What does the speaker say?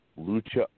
Lucha